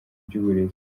iby’uburezi